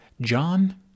john